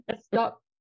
stop